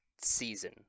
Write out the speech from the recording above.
season